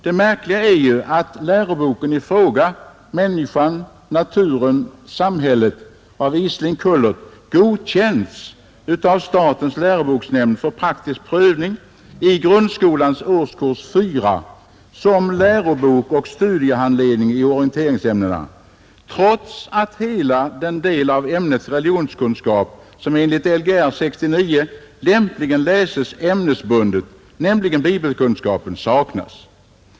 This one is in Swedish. Det märkliga är ju att boken i fråga, ”Människan, naturen, samhället” av Isling—Cullert, godkänts av statens läroboksnämnd för praktisk prövning i grundskolans årskurs 4 som lärobok och studiehandledning i orienteringsämnena, trots att hela den del av ämnet religionskunskap, som enligt Lgr 69 lämpligen läses ämnesbundet, nämligen bibelkunskapen, saknas.